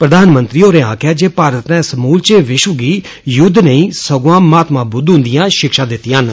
प्रधानमंत्री होरें आक्खेआ जे भारत ने समूलचै विष्व गी युद्ध नेई संगुआ महात्मा बुद्ध उंदिआं षिक्षा दित्तियां न